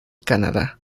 canadá